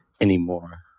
anymore